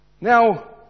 Now